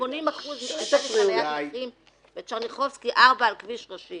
ב-80% מן המקרים בטשרניחובסקי 4 על כביש ראשי